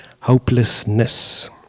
hopelessness